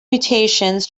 mutations